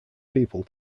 people